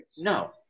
No